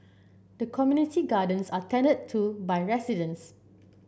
the community gardens are tended to by residents